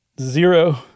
Zero